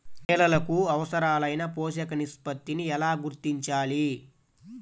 నేలలకు అవసరాలైన పోషక నిష్పత్తిని ఎలా గుర్తించాలి?